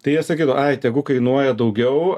tai jie sakydavo ai tegu kainuoja daugiau